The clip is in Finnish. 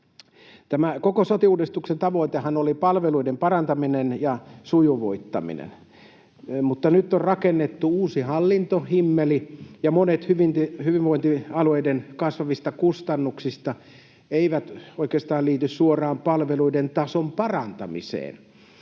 koko sote-uudistuksen tavoitehan oli palveluiden parantaminen ja sujuvoittaminen, mutta nyt on rakennettu uusi hallintohimmeli. Monet hyvinvointialueiden kasvavista kustannuksista eivät oikeastaan liity suoraan palveluiden tason parantamiseen,